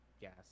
gas